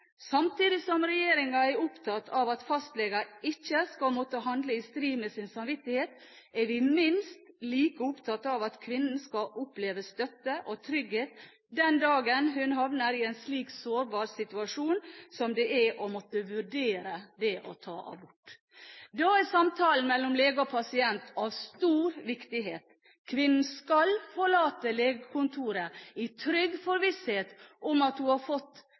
Samtidig som regjeringen er opptatt av at fastleger ikke skal måtte handle i strid med sin samvittighet, er vi minst like opptatt av at kvinnen skal oppleve støtte og trygghet den dagen hun havner i en slik sårbar situasjon som det er å måtte vurdere å ta abort. Da er samtalen mellom lege og pasient av stor viktighet. Kvinnen skal forlate legekontoret i trygg forvissning om at hun har fått